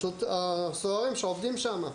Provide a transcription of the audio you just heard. מהסוהרים שעובדים שם.